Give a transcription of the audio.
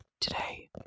today